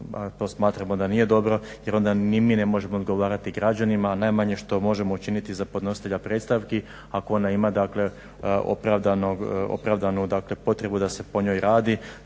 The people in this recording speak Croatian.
to smatramo da nije dobro jer onda ni mi ne možemo odgovarati građanima, a najmanje što možemo učiniti za podnositelja predstavki ako ona ima, dakle opravdanu dakle potrebu da se po njoj radi